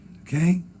Okay